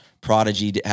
Prodigy